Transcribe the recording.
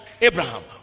Abraham